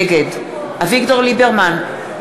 נגד אביגדור ליברמן,